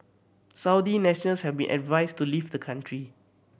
Saudi nationals have been advised to leave the country